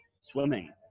swimming